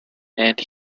and